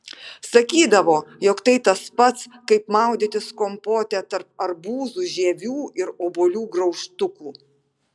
sakydavo jog tai tas pats kaip maudytis kompote tarp arbūzų žievių ir obuolių graužtukų